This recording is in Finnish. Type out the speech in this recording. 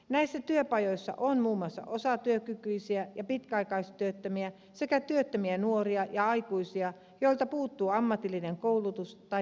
näissä työpajoissa on muun muassa osatyökykyisiä ja pitkäaikaistyöttömiä sekä työttömiä nuoria ja aikuisia joilta puuttuu ammatillinen koulutus tai työkokemus